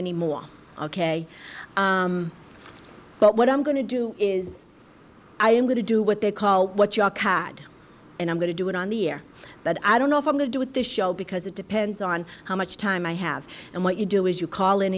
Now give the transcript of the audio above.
anymore ok but what i'm going to do is i'm going to do what they call what your cat and i'm going to do it on the air but i don't know if i'm going to do with the show because it depends on how much time i have and what you do is you call in